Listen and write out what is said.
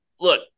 look